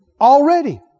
already